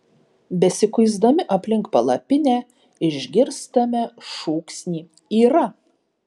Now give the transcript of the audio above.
besikuisdami aplink palapinę išgirstame šūksnį yra